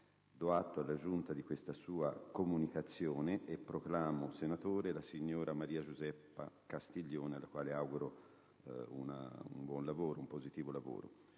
Do atto alla Giunta di questa sua comunicazione e proclamo senatore la signora Maria Giuseppa Castiglione, alla quale auguro buon lavoro. Avverto